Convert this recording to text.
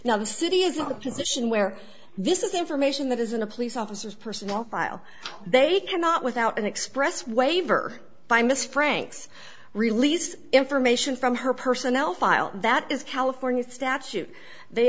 now the city is not a position where this is information that is in a police officer's personnel file they cannot without an express waiver by miss franks release information from her personnel file that is california statute they